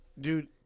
Dude